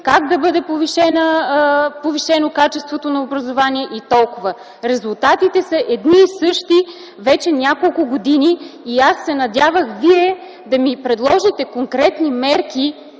как да бъде повишено качеството на образование и толкова. Резултатите са едни и същи вече няколко години. Аз се надявах Вие да ми предложите конкретни мерки,